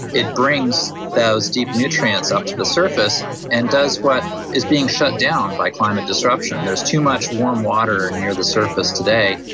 it brings those deep nutrients up to the surface and does what is being shut down by climate disruption. there's too much warm water near the surface today,